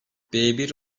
bir